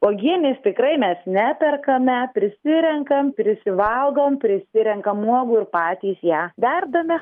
uogienės tikrai mes neperkame prisirenkam prisivalgom prisirenkam uogų ir patys ją verdame